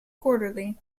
quarterly